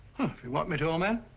if you want me to, old man.